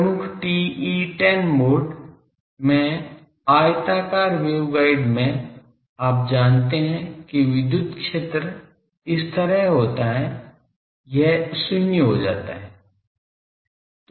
प्रमुख TE10 mode में आयताकार वेवगाइड में आप जानते हैं कि विद्युत क्षेत्र इस तरह होता है यह 0 हो जाता है